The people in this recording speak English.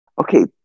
Okay